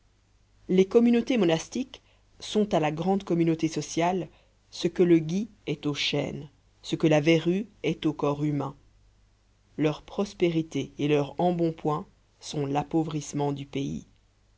les communautés monastiques sont à la grande communauté sociale ce que le gui est au chêne ce que la verrue est au corps humain leur prospérité et leur embonpoint sont l'appauvrissement du pays